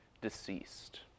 Deceased